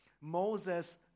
Moses